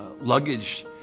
luggage